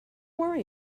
worry